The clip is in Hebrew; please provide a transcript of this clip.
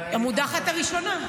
המודחת הראשונה.